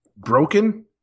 Broken